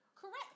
Correct